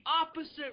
opposite